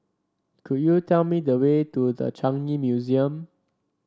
could you tell me the way to The Changi Museum